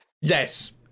Yes